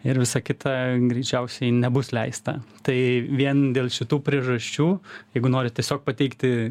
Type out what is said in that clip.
ir visa kita greičiausiai nebus leista tai vien dėl šitų priežasčių jeigu nori tiesiog pateikti